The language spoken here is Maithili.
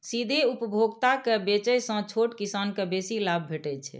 सीधे उपभोक्ता के बेचय सं छोट किसान कें बेसी लाभ भेटै छै